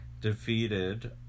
defeated